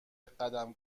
قدم